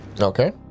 okay